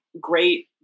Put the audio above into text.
great